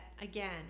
again